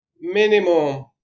minimum